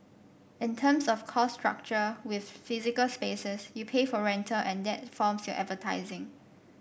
in terms of cost structure with physical spaces you pay for rental and that forms your advertising